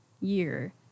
year